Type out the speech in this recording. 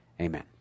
amen